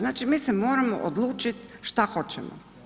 Znači mi se moramo odlučiti šta hoćemo.